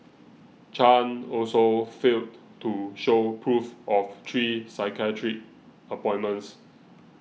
chan also failed to show proof of three psychiatric appointments